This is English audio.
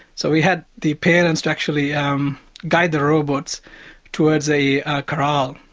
so we had the parents actually um guide the robots towards a corral.